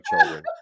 children